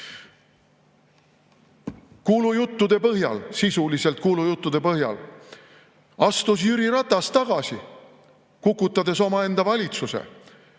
Kuulujuttude põhjal, sisuliselt kuulujuttude põhjal astus Jüri Ratas tagasi, kukutades omaenda valitsuse.